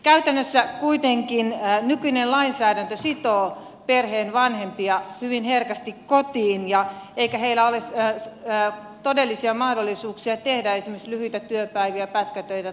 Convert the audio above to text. käytännössä kuitenkin nykyinen lainsäädäntö sitoo perheen vanhempia hyvin herkästi kotiin eikä heillä ole todellisia mahdollisuuksia tehdä esimerkiksi lyhyitä työpäiviä pätkätöitä tai osa aikatyötä